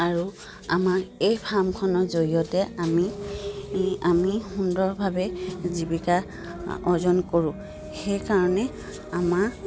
আৰু আমাৰ এই ফাৰ্মখনৰ জৰিয়তে আমি আমি সুন্দৰভাৱে জীৱিকা অৰ্জন কৰোঁ সেইকাৰণে আমাৰ